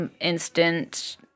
instant